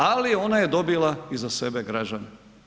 Ali ona je dobila iza sebe građane.